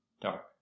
dark